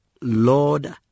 Lord